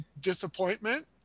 disappointment